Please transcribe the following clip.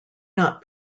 not